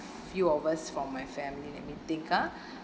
few of us for my family let me think ah